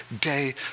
day